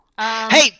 Hey